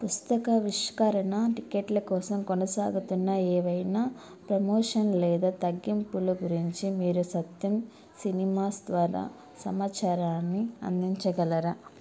పుస్తకావిష్కరణ టికెట్ల కోసం కొనసాగుతున్న ఏవైనా ప్రమోషన్ లేదా తగ్గింపుల గురించి మీరు సత్యం సినిమాస్ ద్వారా సమాచారాన్ని అందించగలరా